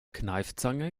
kneifzange